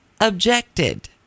objected